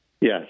Yes